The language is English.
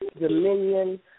dominion